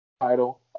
title